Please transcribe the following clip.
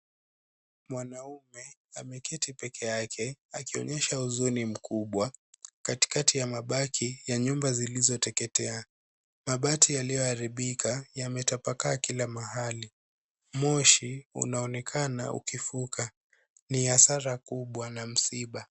Mwanaume ameketi peke yake akionyesha huzuni mkubwa katikati ya mabaki ya nyumba zilitoteketea. Mabati yaliyoharibika yametapakaa kila mahali. Moshi unaonekana ukifuka. Ni hasara kubwa na msiba.